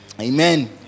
Amen